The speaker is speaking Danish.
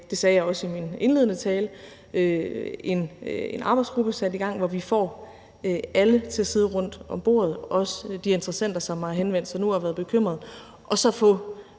det sagde jeg også i min indledende tale – en arbejdsgruppe sat i gang, hvor vi får alle til at sidde rundt om bordet, også de interessenter, som har henvendt sig nu og har været bekymrede, og så får